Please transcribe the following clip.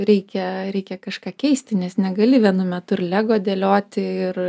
reikia reikia kažką keisti nes negali vienu metu ir lego dėlioti ir